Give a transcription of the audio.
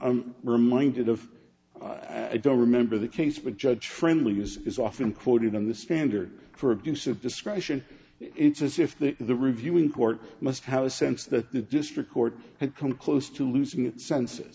i'm reminded of i don't remember the case but judge friendly is often quoted in the standard for abuse of discretion it's as if the the reviewing court must have a sense that the district court had come close to losing its senses